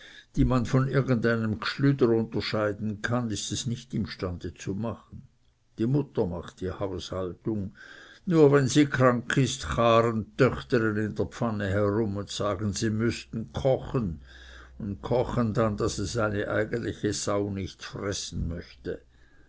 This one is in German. die man von irgend einem gschlüder unterscheiden kann ist es nicht imstande zu machen die mutter macht die haushaltung und nur wenn sie krank ist chaaren dtöchtere i dr pfanne herum und sagen sie müßten kochen und kochen dann daß es eine eigeliche sau nicht fressen möchte